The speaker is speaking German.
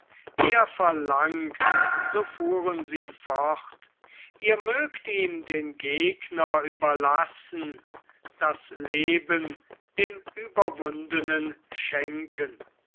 er verlangt so fuhren sie fort ihr mögt ihm den gegner überlassen das leben dem überwundenen schenken